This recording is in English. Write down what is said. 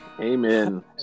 Amen